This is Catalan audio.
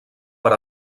per